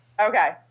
okay